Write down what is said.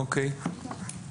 אוקיי.